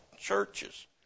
churches